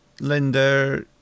Linda